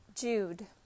Jude